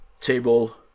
table